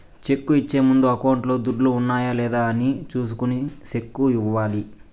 cheque ఇచ్చే ముందు అకౌంట్లో దుడ్లు ఉన్నాయా లేదా అని చూసుకొని సెక్కు ఇవ్వాలి